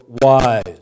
wise